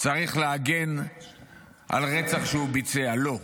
צריך להגן על רצח שהוא ביצע, לא.